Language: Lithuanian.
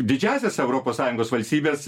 didžiąsias europos sąjungos valstybes